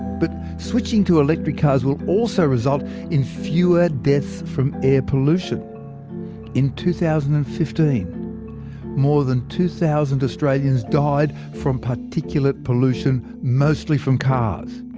but switching to electric cars will also result in fewer deaths from air pollution in two thousand and fifteen more than two thousand australians died from particulate pollution mostly from cars.